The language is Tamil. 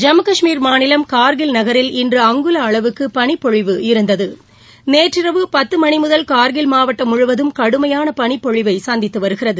ஜம்மு கஷ்மீர் மாநிலம் கார்கில் நகரில் இன்று அங்குல அளவுக்கு பனிப்பொழிவு இருந்தது நேற்றிரவு பத்து மணிமுதல் கார்கில் மாவட்டம் முழுவதும் கடுமையான பனிப்பொழிவை சந்தித்து வருகிறது